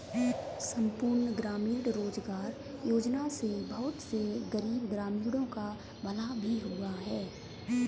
संपूर्ण ग्रामीण रोजगार योजना से बहुत से गरीब ग्रामीणों का भला भी हुआ है